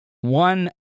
One